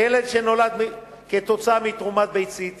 שילד שנולד כתוצאה מתרומת ביצית